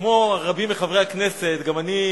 כמו רבים מחברי הכנסת גם אני,